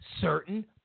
certain